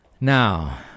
Now